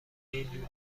این